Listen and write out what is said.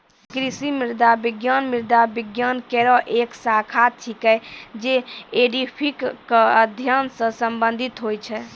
कृषि मृदा विज्ञान मृदा विज्ञान केरो एक शाखा छिकै, जे एडेफिक क अध्ययन सें संबंधित होय छै